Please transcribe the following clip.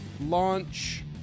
launch